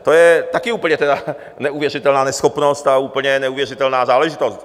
To je také úplně tedy neuvěřitelná neschopnost a úplně neuvěřitelná záležitost!